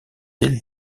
îles